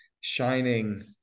shining